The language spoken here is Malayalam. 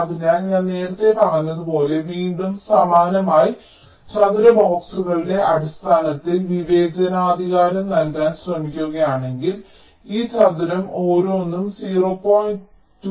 അതിനാൽ ഞാൻ നേരത്തെ പറഞ്ഞതുപോലെ നിങ്ങൾ വീണ്ടും സമാനമായി ചതുര ബോക്സുകളുടെ അടിസ്ഥാനത്തിൽ വിവേചനാധികാരം നൽകാൻ ശ്രമിക്കുകയാണെങ്കിൽ ഈ ചതുരം ഓരോന്നും 0